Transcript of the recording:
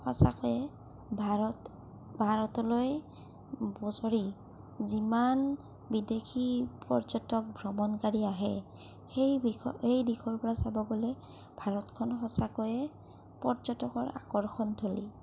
সঁচাকৈয়ে ভাৰত ভাৰতলৈ বছৰি যিমান বিদেশী পৰ্যটক ভ্ৰমণকাৰী আহে সেই দিশৰ সেই দিশৰ পৰা চাব গ'লে ভাৰতখন সঁচাকৈয়ে পৰ্যটকৰ আকৰ্ষণ থলী